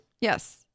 Yes